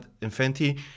Infinity